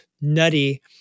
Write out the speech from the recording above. nutty